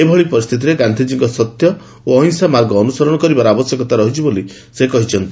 ଏହିଭଳି ପରିସ୍ଥିତିରେ ଗାନ୍ଧିଜୀଙ୍କ ସତ୍ୟ ଏବଂ ଅହିଂସାର ମାର୍ଗ ଅନୁସରଣ କରିବା ଆବଶ୍ୟକତା ରହିଛି ବୋଲି ସେ କହିଚ୍ଛନ୍ତି